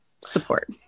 support